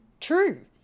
true